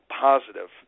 Positive